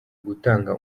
gutanga